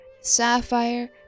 sapphire